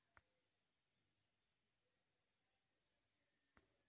E CS हाऊ यवहारमझार payment पावतीना इलेक्ट्रानिक परकार शे